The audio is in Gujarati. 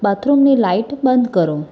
બાથરૂમની લાઈટ બંધ કરો